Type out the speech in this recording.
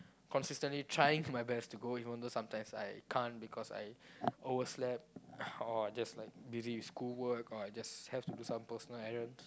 consistently trying my best to go even though sometimes I can't because I overslept or just like busy with school work or I just like have to do some personal I don't